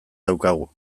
daukagu